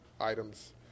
items